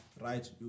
right